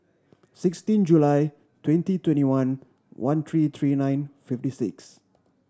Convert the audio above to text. sixteen July twenty twenty one one three three nine fifty six